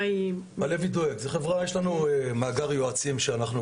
מה היא --- יש לנו מאגר יועצים שממנו